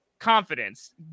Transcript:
confidence